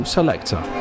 Selector